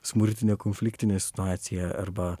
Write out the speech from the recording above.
smurtinė konfliktinė situacija arba